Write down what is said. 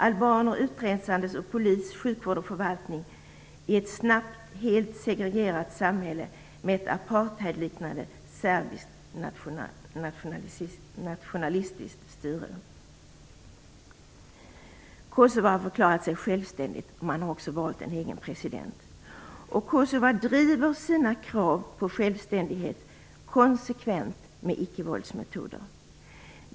Albaner utpressades liksom polis, sjukvård och förvaltning i ett snabbt helt segregerat samhälle med ett apartheidliknande serbiskt nationalistiskt styre. Kosova har förklarat sig självständigt, och man har valt en egen president. Kosova driver sina krav på självständighet konsekvent med ickevåldsmetoder.